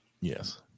Yes